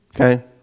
Okay